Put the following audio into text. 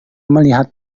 melihat